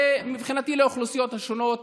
ומבחינתי לאוכלוסיות השונות,